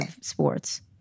sports